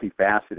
multifaceted